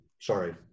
sorry